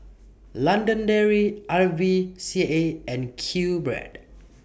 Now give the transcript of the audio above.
London Dairy R V C A and QBread